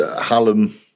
Hallam